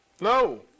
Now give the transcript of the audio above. No